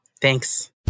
Thanks